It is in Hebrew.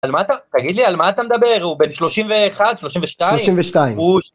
על מה אתה, תגיד לי, על מה אתה מדבר? הוא בן שלושים ואחד, שלושים ושתיים? שלושים ושתיים.